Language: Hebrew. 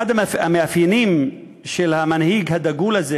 אחד המאפיינים של המנהיג הדגול הזה